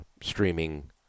streaming